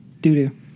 Do-do